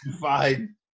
Fine